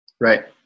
Right